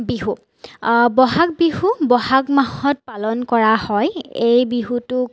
বিহু বহাগ বিহু বহাগ মাহত পালন কৰা হয় এই বিহুটো